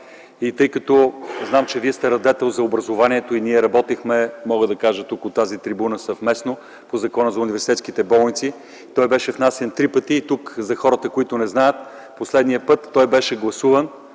И тъй като знам, че Вие сте радетел за образованието и ние работихме, мога да кажа тук от тази трибуна, съвместно по Закона за университетските болници, той беше внасян три пъти. За хората, които не знаят, последния път той беше гласуван